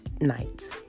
night